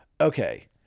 Okay